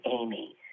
Amy